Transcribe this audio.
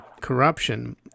corruption